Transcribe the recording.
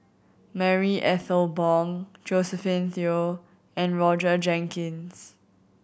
Marie Ethel Bong Josephine Teo and Roger Jenkins